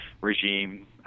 regime